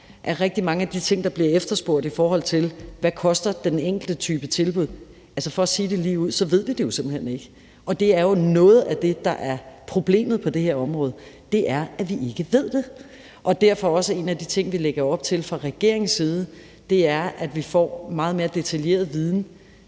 Katrine Daugaard, der bliver efterspurgt, er, i forhold til hvad den enkelte type tilbud koster. For at sige det ligeud ved vi det simpelt hen ikke, og det er jo noget af det, der er problemet på det her område. Det er, at vi ikke ved det. Derfor er en af de ting, vi lægger op til fra regeringens side, også, at vi får meget mere detaljeret viden,